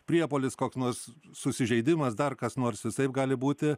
priepuolis koks nors susižeidimas dar kas nors visaip gali būti